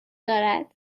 دارد